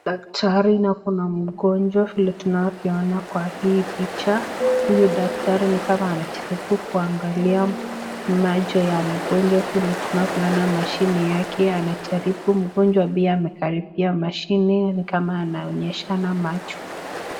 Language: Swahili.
Daktari na kuna mgonjwa vile tunavyoona kwa hii picha. Huyu daktari ni kama anajaribu kuangalia macho ya mgonjwa. Vile tunavyoona mashine yake anajaribu mgonjwa pia amekaribia mashine ni kama anaonyeshana macho.